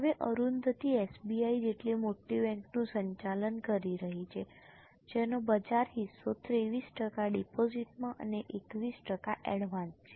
હવે અરુંધતી SBI જેટલી મોટી બેંકનું સંચાલન કરી રહી છે જેનો બજાર હિસ્સો 23 ટકા ડિપોઝિટમાં અને 21 ટકા એડવાન્સ છે